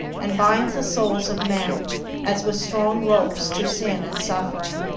and binds the souls of men as with strong ropes to sin and suffering.